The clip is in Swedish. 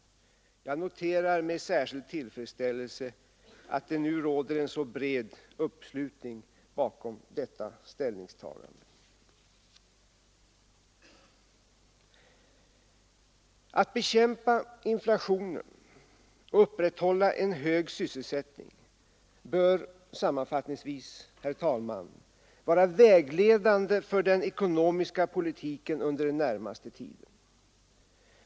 Jag noterar med särskild tillfredsställelse att det nu råder en så bred uppslutning bakom detta ställningstagande. Att bekämpa inflationen och upprätthålla en hög sysselsättning bör sammanfattningsvis, herr talman, vara vägledande för den ekonomiska politiken under den närmaste tiden.